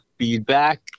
feedback